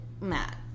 Matt